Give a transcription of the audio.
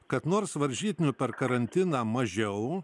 kad nors varžytinių per karantiną mažiau